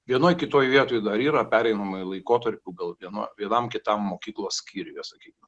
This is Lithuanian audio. vienoj kitoj vietoj dar yra pereinamuoju laikotarpiu gal no vienam kitam mokyklos skyriuje sakykim